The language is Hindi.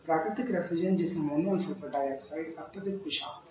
प्राकृतिक रेफ्रिजरेट जैसे अमोनिया और सल्फर डाइऑक्साइड अत्यधिक विषाक्त हैं